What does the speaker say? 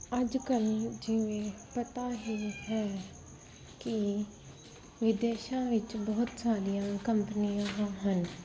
ਅੱਜ ਕੱਲ੍ਹ ਜਿਵੇਂ ਪਤਾ ਹੀ ਹੈ ਕਿ ਵਿਦੇਸ਼ਾਂ ਵਿੱਚ ਬਹੁਤ ਸਾਰੀਆਂ ਕੰਪਨੀਆਂ ਹਨ